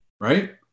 right